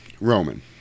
roman